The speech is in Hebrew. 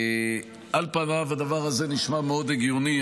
על פניו, הדבר הזה נשמע מאוד הגיוני.